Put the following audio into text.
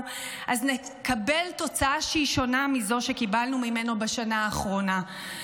אז נקבל תוצאה שונה מזו שקיבלנו ממנו בשנה האחרונה,